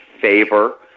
favor